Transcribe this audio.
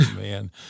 man